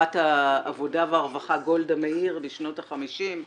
העבודה והרווחה גולדה מאיר בשנות ה-50.